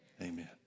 amen